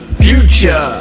future